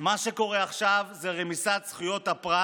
מה שקורה עכשיו זו רמיסת זכויות הפרט